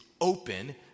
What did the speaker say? open